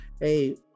Hey